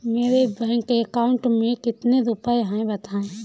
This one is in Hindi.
मेरे बैंक अकाउंट में कितने रुपए हैं बताएँ?